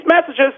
messages